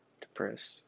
depressed